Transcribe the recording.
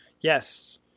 yes